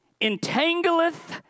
entangleth